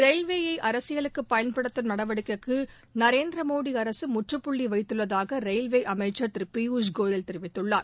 ரயில்வேயை அரசியலுக்கு பயன்படுத்தும் நடவடிக்கைக்கு நரேந்திர மோடி அரசு முற்றுப்புள்ளி வைத்துள்ளதாக ரயில்வே அமைச்சர் திரு பியூஷ் கோயல் தெரிவித்துள்ளார்